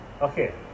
Okay